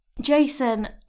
Jason